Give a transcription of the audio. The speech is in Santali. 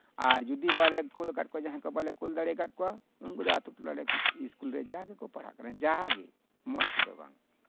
ᱟᱨ ᱡᱩᱫᱤ ᱵᱟᱞᱮ ᱠᱩᱞ ᱟᱠᱟᱫ ᱠᱚᱣᱟ ᱡᱟᱦᱟᱸᱭ ᱠᱚ ᱵᱟᱞᱮ ᱠᱩᱞ ᱟᱠᱟᱫ ᱠᱚᱣᱟ ᱩᱱᱠᱩ ᱫᱚ ᱟᱹᱛᱩ ᱴᱚᱞᱟ ᱥᱠᱩᱞ ᱨᱮ ᱡᱟ ᱜᱮᱠᱚ ᱯᱟᱲᱦᱟᱜ ᱠᱟᱱᱟ ᱡᱟᱜᱮ ᱢᱚᱸᱡᱽ ᱛᱮᱫᱚ ᱵᱟᱝ